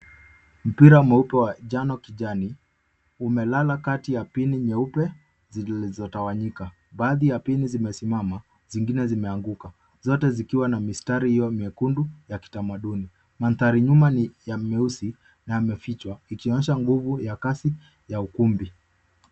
Mpira mweupe wa njano kijani, umelala kati ya pini nyeupe zilizotawanyika. Baadhi ya pini zimesimama, zingine zimeanguka. Zote zikiwa na mistari hiyo miekundu ya kitamaduni. Manthari nyuma ni ya meusi na yamefichwa ikionyesha nguvu ya kasi ya ukumbi.